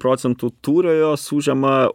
procentų tūrio jos užima